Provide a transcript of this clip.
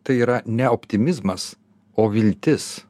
tai yra ne optimizmas o viltis